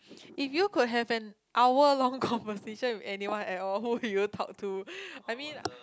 if you could have an hour long conversation with anyone at all who would you talk to I mean